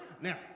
Now